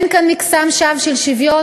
אין כאן מקסם שווא של שוויון,